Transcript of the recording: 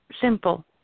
simple